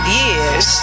years